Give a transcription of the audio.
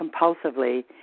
compulsively